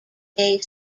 day